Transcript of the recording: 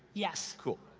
yes! cool.